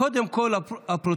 קודם כול לפרוצדורה,